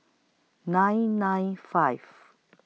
nine nine five